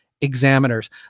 Examiners